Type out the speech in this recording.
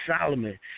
Solomon